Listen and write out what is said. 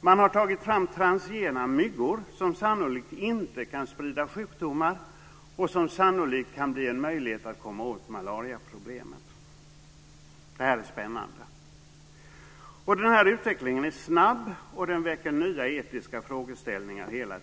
Man har vidare tagit fram transgena myggor som sannolikt inte kan sprida sjukdomar och som sannolikt kan bli en möjlighet att komma åt malariaproblemet. Det här är spännande. Utvecklingen är snabb och väcker hela tiden nya etiska frågeställningar.